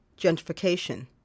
gentrification